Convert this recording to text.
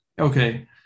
Okay